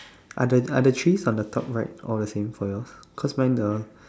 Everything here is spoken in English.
are the are the trees on the top right all the same for yours because mine the